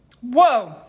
Whoa